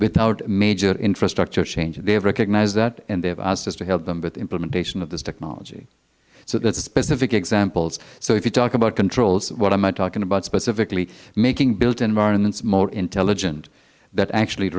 without major infrastructure change they recognize that and they have asked us to help them with implementation of this technology so there are specific examples so if you talk about controls what am i talking about specifically making built environments more intelligent that actually